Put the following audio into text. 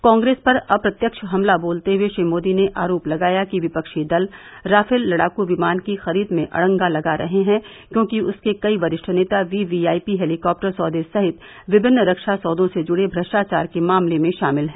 कांग्रेस पर अप्रत्यक्ष हमला बोलते हुए श्री मोदी ने आरोप लगाया कि विपक्षी दल राफेल लड़ाकू विमान की खरीद में अड़ंगा लगा रहे हैं क्योंकि उसके कई वरिष्ठ नेता वीवीआईपी हैलिकॉप्टर सौदे सहित विभिन्न रक्षा सौदों से जुड़े भ्रष्टाचार के मामले में शामिल हैं